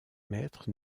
maîtres